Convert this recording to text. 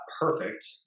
perfect